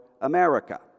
America